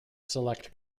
select